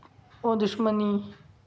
दुश्मनी